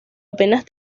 apenas